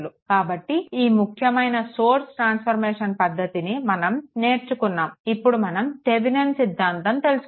కాబట్టి ఈ ముఖ్యమైన సోర్స్ ట్రాన్స్ఫర్మేషన్ పద్దతిని మనం నేర్చుకున్నాము ఇప్పుడు మనం థెవినిన్ సిద్దాంతం తెలుసుకుందాము